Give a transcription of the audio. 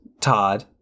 Todd